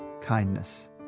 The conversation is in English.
kindness